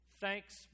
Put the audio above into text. Thanks